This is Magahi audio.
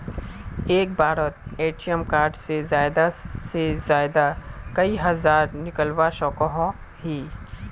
एक बारोत ए.टी.एम कार्ड से ज्यादा से ज्यादा कई हजार निकलवा सकोहो ही?